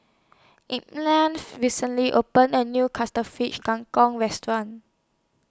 recently opened A New Fish Kang Kong Restaurant